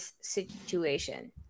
situation